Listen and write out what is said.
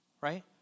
Right